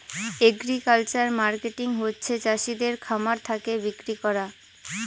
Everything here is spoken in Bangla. এগ্রিকালচারাল মার্কেটিং হচ্ছে চাষিদের খামার থাকে বিক্রি করা